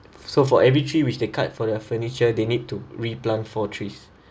so for every tree which they cut for their furniture they need to replant four trees